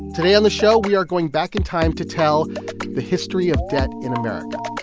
today on the show, we are going back in time to tell the history of debt in america.